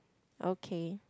okay